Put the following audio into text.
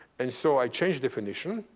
and so i changed definition,